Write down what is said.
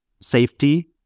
safety